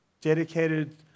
dedicated